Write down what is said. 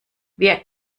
wir